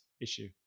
issue